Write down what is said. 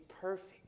perfect